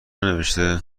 نوشته